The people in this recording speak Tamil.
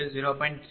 3890